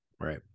right